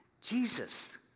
Jesus